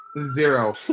Zero